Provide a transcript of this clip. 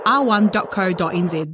r1.co.nz